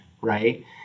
right